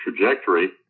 trajectory